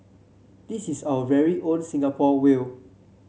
this is our very own Singapore whale